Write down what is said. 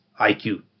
IQ